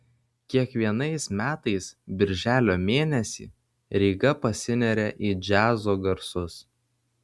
kiekvienais metais birželio mėnesį ryga pasineria į džiazo garsus